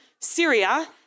Syria